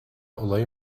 olayı